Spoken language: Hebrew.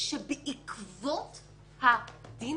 שבעקבות הדין